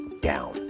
down